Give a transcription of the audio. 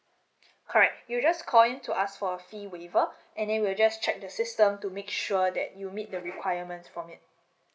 correct you just call in to ask for fee waiver and then we'll just check the system to make sure that you meet the requirement from it